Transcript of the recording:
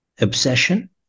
obsession